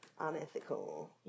unethical